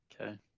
Okay